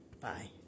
Bye